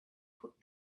put